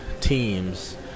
teams